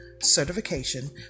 certification